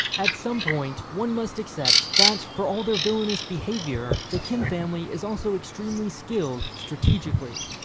at some point, one must accept that, for all their villainous behavior, the kim family is also extremely skilled, strategically.